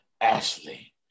Ashley